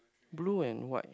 blue and white